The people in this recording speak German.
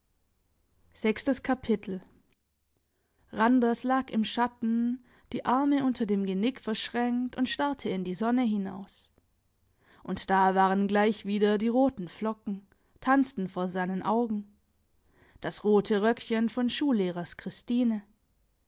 randers lag im schatten die arme unter dem genick verschränkt und starrte in die sonne hinaus und da waren gleich wieder die roten flocken tanzten vor seinen augen das rote röckchen von schullehrers christine